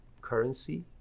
currency